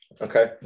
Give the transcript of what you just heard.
okay